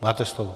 Máte slovo.